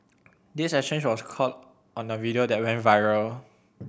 this exchange was caught on a video that went viral